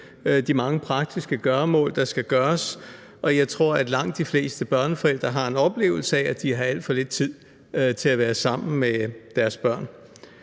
de mange praktiske gøremål, der skal gøres, og jeg tror, at langt de fleste børneforældre har en oplevelse af, at de har alt for lidt tid til at være sammen med deres børn.